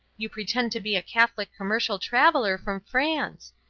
you pretend to be a catholic commercial traveller from france.